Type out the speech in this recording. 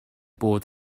bod